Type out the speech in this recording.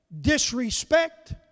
Disrespect